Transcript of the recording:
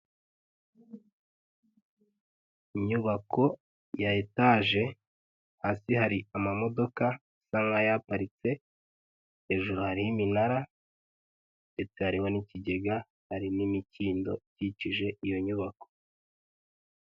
Inyubako ya etaje, hasi hari amamodoka asa nk'ayaparitse, hejuru hariho iminara, ndetse hariho n'ikigega, hariho n'imikindo ikikije iyo nyubako.